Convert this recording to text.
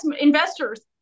Investors